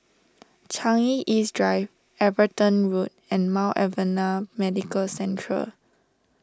Changi East Drive Everton Road and Mount Alvernia Medical Central